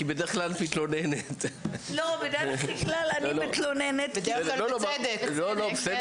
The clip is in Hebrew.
כאשר 40% מתוכם הם ילדים מתחת לגיל 14. 350